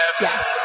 Yes